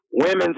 women